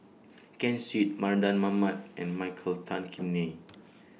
Ken Seet Mardan Mamat and Michael Tan Kim Nei